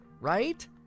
right